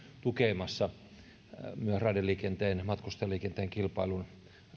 tukemassa raideliikenteen matkustajaliikenteen kilpailun